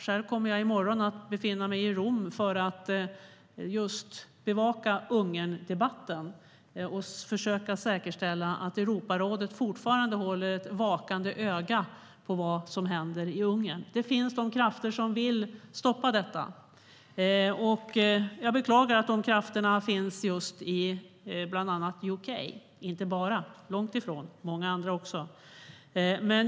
Själv kommer jag i morgon att befinna mig i Rom för att bevaka Ungerndebatten och försöka säkerställa att Europarådet fortsätter att hålla ett vakande öga på vad som händer i Ungern. Det finns krafter som vill stoppa detta, och jag beklagar att de krafterna finns bland annat i UK, men inte bara i UK utan även i många andra länder.